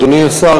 אדוני השר,